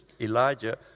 Elijah